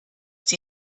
die